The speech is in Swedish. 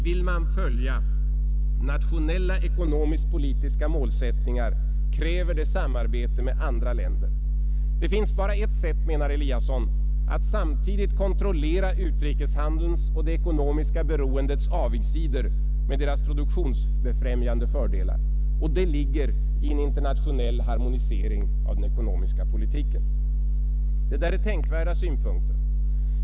Vill man följa nationella ekonomiskpolitiska målsättningar krävs det samarbete med andra länder. Det finns bara ett sätt, menar Eliasson, att samtidigt kontrollera utrikeshandelns och det ekonomiska beroendets avigsidor med deras produktionsbefrämjande fördelar, och det ligger i en internationell harmonisering av den ekonomiska politiken. Detta är tänkvärda synpunkter.